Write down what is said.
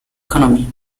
economy